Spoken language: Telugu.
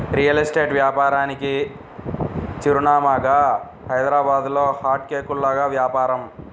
రియల్ ఎస్టేట్ వ్యాపారానికి చిరునామాగా హైదరాబాద్లో హాట్ కేకుల్లాగా వ్యాపారం